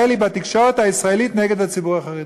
היא בתקשורת הישראלית נגד הציבור החרדי.